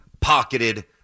pocketed